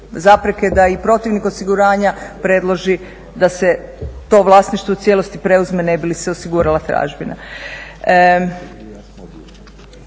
zapreke da i protivnik osiguranja predloži da se to vlasništvo u cijelosti preuzme ne bi li se osigurala tražbina.